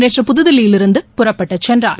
நேற்று புதில்லியிலிருந்து புறப்பட்டு சென்றார்